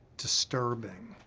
disturbing,